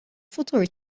futur